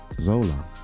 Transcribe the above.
Zola